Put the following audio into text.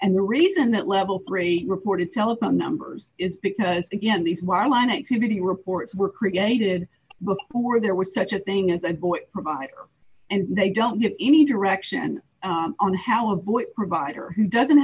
and the reason that level three reported telephone numbers is because again these wireline exhibiting reports were created before there was such a thing as a boy provider and they don't get any direction on how a boy provider who doesn't